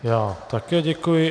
Já také děkuji.